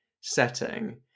setting